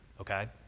okay